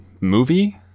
movie